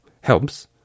helps